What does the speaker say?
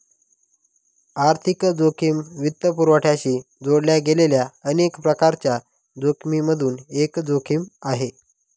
आर्थिक जोखिम वित्तपुरवठ्याशी जोडल्या गेलेल्या अनेक प्रकारांच्या जोखिमिमधून एक जोखिम आहे